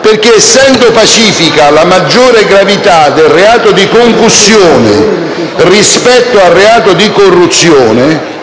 perché essendo pacifica la maggiore gravità del reato di concussione rispetto al reato di corruzione,